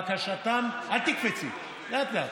בקשתם, אל תקפצי, לאט-לאט,